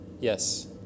Yes